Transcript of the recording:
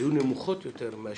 היו נמוכות יותר.